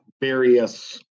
various